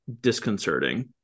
disconcerting